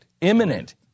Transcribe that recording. imminent